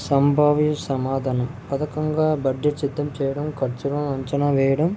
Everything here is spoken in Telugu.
సంభవి సమాధనం పథకంగా బడ్జెట్ సిద్ధం చెయ్యడం ఖర్చును అంచనా వెయ్యడం